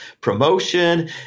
promotion